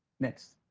next.